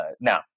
now